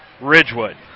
Ridgewood